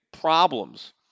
problems